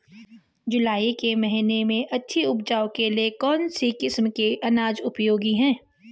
जुलाई के महीने में अच्छी उपज के लिए कौन सी किस्म के अनाज उपयोगी हैं?